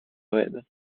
red